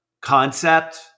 concept